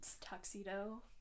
tuxedo